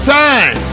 time